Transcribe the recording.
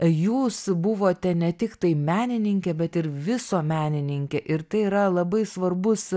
jūs buvote ne tiktai menininkė bet ir visuomenininkė ir tai yra labai svarbus